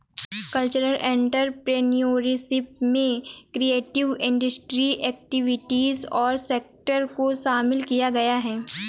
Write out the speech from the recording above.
cultural entrepreneurship में creative industry activities और sector को शामिल किया गया है